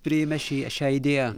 priėmė šį šią idėją